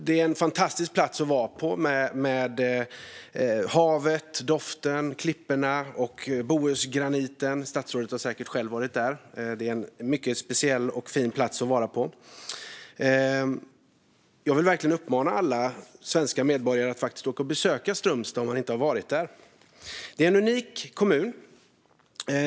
Det är en fantastisk plats att vara på med havet, doften, klipporna och bohusgraniten. Statsrådet har säkert själv varit där. Det är en mycket speciell och fin plats att vara på. Jag vill verkligen uppmana alla svenska medborgare att åka och besöka Strömstad om de inte varit där. Det är en unik kommun.